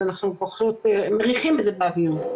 אז אנחנו פשוט מריחים את זה באוויר,